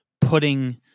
putting